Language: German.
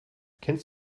kennst